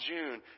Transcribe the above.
June